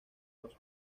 los